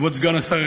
כבוד סגן השר,